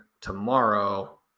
tomorrow